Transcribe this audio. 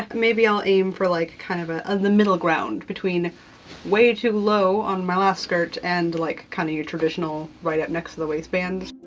maybe i'll aim for like kind of ah of the middle ground between way too low on my last skirt and like kind of your traditional right up next to the waistband.